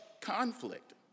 conflict